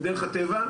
בדרך הטבע,